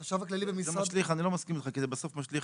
אני לא מסכים איתך כי זה בסוף משליך